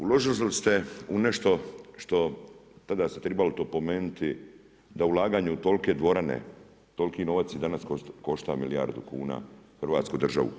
Uložili ste u nešto što tada ste tribali to pomenuti da ulaganje u tolike dvorane, toliki novac i dalje košta milijardu kuna Hrvatsku državu.